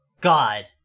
God